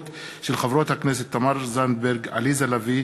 חברות הכנסת תמר זנדברג, עליזה לביא